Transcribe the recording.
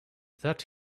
that